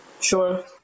Sure